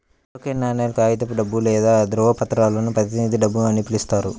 token నాణేలు, కాగితపు డబ్బు లేదా ధ్రువపత్రాలను ప్రతినిధి డబ్బు అని పిలుస్తారు